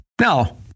Now